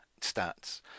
stats